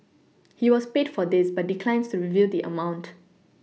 he was paid for this but declines to reveal the amount